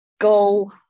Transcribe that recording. go